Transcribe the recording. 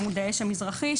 "עמוד האש המזרחי",